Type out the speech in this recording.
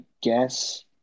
guess